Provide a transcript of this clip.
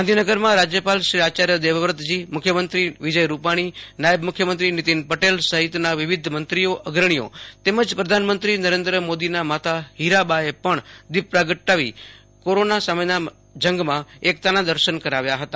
ગાંધીનગરમાં રાજ્યપાલ આયાર્ય દેવવ્રતજી મુખ્યમંત્રી વિજય રૂપાણી નાયબ મુખ્યમંત્રી નીતિન પટેલ સફીત વિવિધ મંત્રીઓ અગ્રણીઓ તેમજ પ્રધાનમંત્રી નરેન્દ્ર મોદીના માતા હીરાબા એ પણ દીપ પ્રગટાવી કોરોના સામેના જંગમાં એકતાના દર્શન કરાવ્યા હતા